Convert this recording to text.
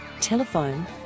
Telephone